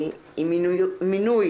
עם מינוי